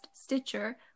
Stitcher